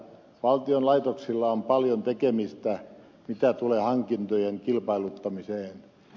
valtion laitoksilla on paljon tekemistä mitä tulee hankintojen kilpailuttamiseen